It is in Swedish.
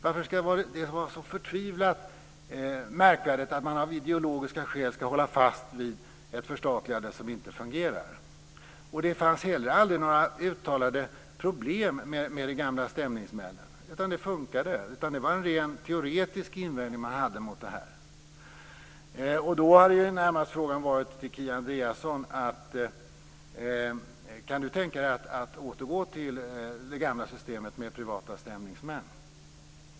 Varför skall det vara så förtvivlat märkvärdigt att man av ideologiska skäl skall hålla fast vid ett förstatligande som inte fungerar? Det fanns heller inga uttalade problem med de gamla stämningsmännen, utan det fungerade. Det var i stället en rent teoretisk invändning som man hade här. Frågan till Kia Andreasson blir då närmast om hon kan tänka sig att återgå till det gamla systemet med privata stämningsmän.